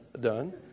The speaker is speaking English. done